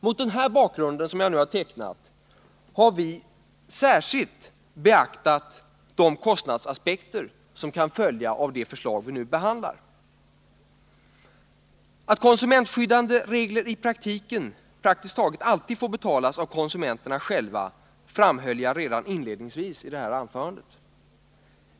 Mot den bakgrund som jag nu har tecknat har vi särskilt beaktat de kostnader som kan följa av det förslag kammaren här behandlar. Att konsumentskyddande regler i praktiken så gott som alltid får betalas av konsumenterna själva framhöll jag redan inledningsvis i detta anförande.